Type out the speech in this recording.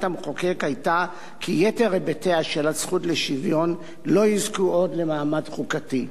המחוקק היתה כי יתר היבטיה של הזכות לשוויון לא יזכו עוד למעמד חוקתי.